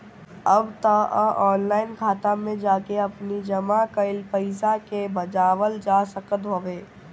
अब तअ ऑनलाइन खाता में जाके आपनी जमा कईल पईसा के भजावल जा सकत हवे